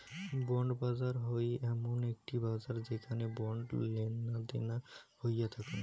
bond বাজার হই এমন একটি বাজার যেখানে বন্ড লেনাদেনা হইয়া থাকাং